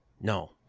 No